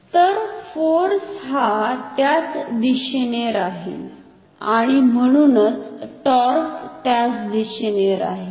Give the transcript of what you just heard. तर फोर्स हा त्याच दिशेने राहील आणि म्हणुनच टॉर्क त्याच दिशेने राहील